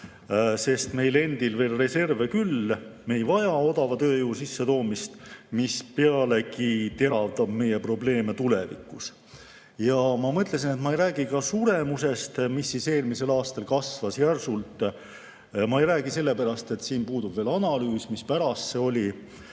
Meil endil on veel reserve küll, me ei vaja odava tööjõu sissetoomist, mis pealegi teravdab meie probleeme tulevikus. Ma mõtlesin, et ma ei räägi ka suremusest, mis eelmisel aastal kasvas järsult. Ma ei räägi sellepärast, et siin puudub analüüs, mispärast see oli